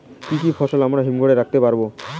কি কি ফসল আমরা হিমঘর এ রাখতে পারব?